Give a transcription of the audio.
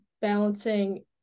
balancing